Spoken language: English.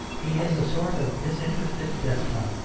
he is a sort of disinterested despot.